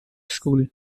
school